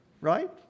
right